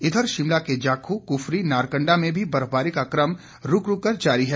इधर शिमला के जाखू कुफरी नाकरंडा में भी बर्फबारी का कम रूक रूककर जारी है